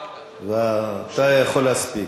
ואתה יכול להספיק.